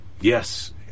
yes